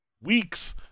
weeks